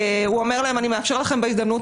הוא אומר להם: אני מאפשר לכם בהזדמנות